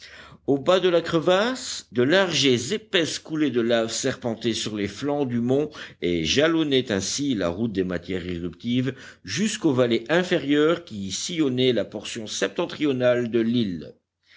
au bas de la crevasse de larges et épaisses coulées de laves serpentaient sur les flancs du mont et jalonnaient ainsi la route des matières éruptives jusqu'aux vallées inférieures qui sillonnaient la portion septentrionale de l'île